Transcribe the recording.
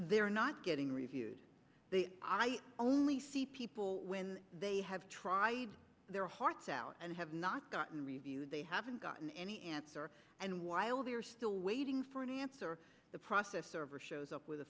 they're not getting reviewed i only see people when they have tried their hearts out and have not gotten reviewed they haven't gotten any answer and while they're still waiting for an answer the process server shows up with a